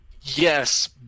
yes